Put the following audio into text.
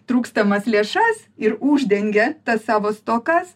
trūkstamas lėšas ir uždengia tas savo stokas